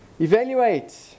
Evaluate